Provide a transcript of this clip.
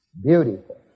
Beautiful